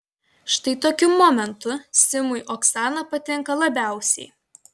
štai tokiu momentu simui oksana patinka labiausiai